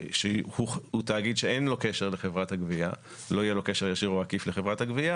שהוא תאגיד שלא יהיה לו קשר ישיר או עקיף לחברת הגבייה